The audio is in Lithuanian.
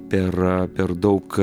ir per daug